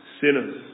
sinners